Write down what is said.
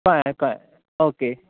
कळ्ळें कळ्ळें ओके